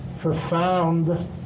profound